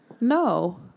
No